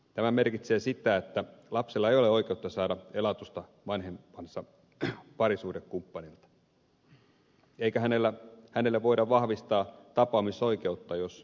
tämä merkitsee sitä että lapsella ei ole oikeutta saada elatusta vanhempansa parisuhdekumppanilta eikä hänelle voida vahvistaa tapaamisoikeutta jos parisuhde purkautuu